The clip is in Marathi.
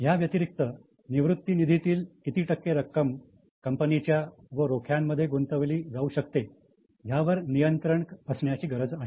ह्या व्यतिरिक्त निवृत्ती निधीतील किती टक्के रक्कम कंपनीच्या व रोखण्यामध्ये गुंतवली जाऊ शकते यावर नियंत्रण असण्याची गरज आहे